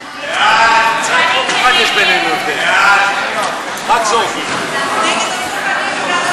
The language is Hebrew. ההצעה להסיר מסדר-היום את הצעת חוק הגנת הצרכן